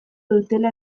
dutela